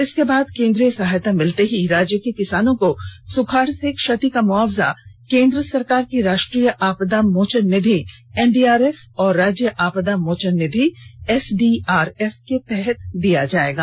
इसके बाद केंद्रीय सहायता मिलते ही राज्य के किसानों को सुखाड़ से क्षति का मुआवजा केंद्र सरकार की राष्टीय आपदा मोचन निधि एनडीआरएफ और राज्य आपदा मोचन निधि एसडीआरएफ के तहत दिया जायेगा